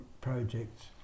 projects